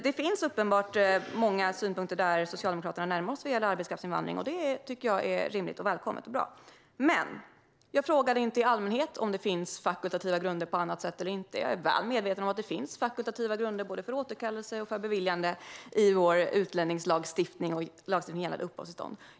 Det finns uppenbarligen många synpunkter där Socialdemokraterna närmar sig oss när det gäller arbetskraftsinvandring, och det är rimligt, välkommet och bra. Jag frågade dock inte i allmänhet om det finns fakultativa grunder på annat sätt eller inte. Jag är väl medveten om att det finns fakultativa grunder både för återkallelse och för beviljande i vår utlänningslagstiftning och i lagstiftningen när det gäller uppehållstillstånd.